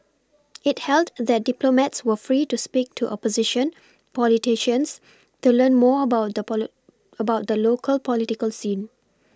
it held that diplomats were free to speak to opposition politicians to learn more about the poly about the local political scene